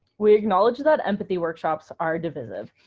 we acknowledge that empathy workshops are divisive.